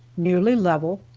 nearly level,